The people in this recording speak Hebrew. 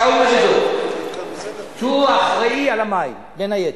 שאול מרידור, הוא האחראי למים, בין היתר.